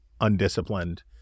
undisciplined